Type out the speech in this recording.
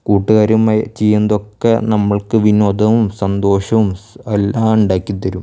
കൂട്ടുകാരുമായി ചെയ്യുന്നതൊക്കെ നമ്മൾക്ക് വിനോദവും സന്തോഷവും എല്ലാം ഉണ്ടാക്കിത്തരും